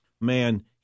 man